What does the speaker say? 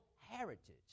heritage